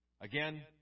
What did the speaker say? Again